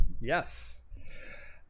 yes